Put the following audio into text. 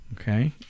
okay